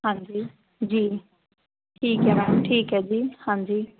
ਹਾਂਜੀ ਜੀ ਠੀਕ ਹੈ ਮੈਮ ਠੀਕ ਹੈ ਜੀ ਹਾਂਜੀ